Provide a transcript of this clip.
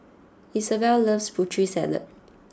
Isabell loves Putri Salad